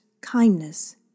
kindness